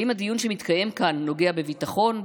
האם הדיון שמתקיים כאן נוגע בביטחון,